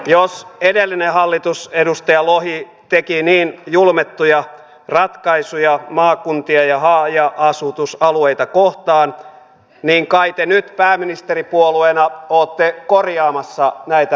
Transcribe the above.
jos edellinen hallitus edustaja lohi teki niin julmettuja ratkaisuja maakuntia ja haja asutusalueita kohtaan niin kai te nyt pääministeripuolueena olette korjaamassa näitä ratkaisuja